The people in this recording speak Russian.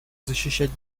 защищать